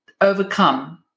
overcome